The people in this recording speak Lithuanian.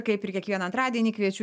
kaip ir kiekvieną antradienį kviečiu